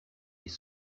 des